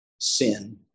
sin